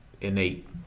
innate